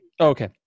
Okay